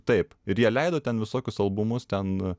taip ir jie leido ten visokius albumus ten